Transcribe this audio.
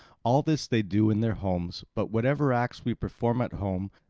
all this they do in their homes, but whatever acts we perform at home,